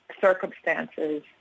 circumstances